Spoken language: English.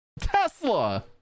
Tesla